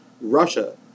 Russia